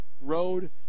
road